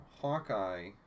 Hawkeye